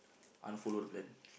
unfollow the plan